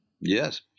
Yes